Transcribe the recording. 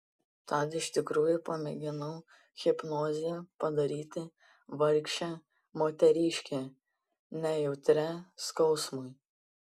tad iš tikrųjų pamėginau hipnoze padaryti vargšę moteriškę nejautrią skausmui